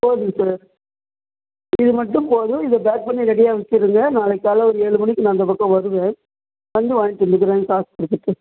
போதும் சார் இது மட்டும் போதும் இத பேக் பண்ணி ரெடியாக வச்சுருங்க நாளைக்கி காலையில் ஒரு ஏழு மணிக்கி நான் அந்த பக்கம் வருவேன் வந்து வாங்கிட்டு வந்துக்கிறேன் காசு கொடுத்துட்டு